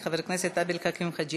חבר הכנסת עבד אל חכים חאג'